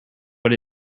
what